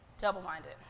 Double-minded